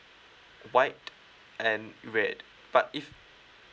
white and then red but if